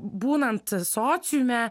būnant sociume